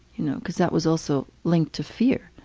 you know, because that was also linked to fear.